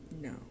no